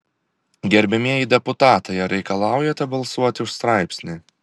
gerbiamieji deputatai ar reikalaujate balsuoti už straipsnį